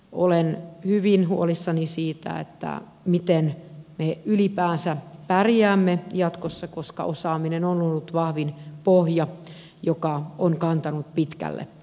olen hyvin huolissani siitä miten me ylipäänsä pärjäämme jatkossa koska osaaminen on ollut vahvin pohja joka on kantanut pitkälle